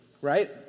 right